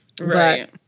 Right